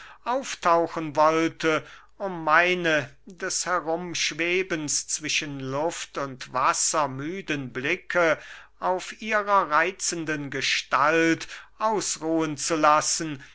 auftauchen wollte um meine des herumschwebens zwischen luft und wasser müden blicke auf ihrer reitzenden gestalt ausruhen zu lassen